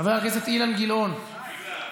חברת הכנסת אילן גילאון מוותר,